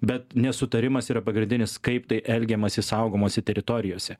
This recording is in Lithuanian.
bet nesutarimas yra pagrindinis kaip tai elgiamasi saugomose teritorijose